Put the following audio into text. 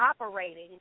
operating